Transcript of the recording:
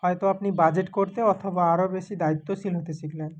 হয়তো আপনি বাজেট করতে অথবা আরও বেশি দায়িত্বশীল হতে শিখলেন